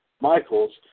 Michaels